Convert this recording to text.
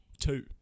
two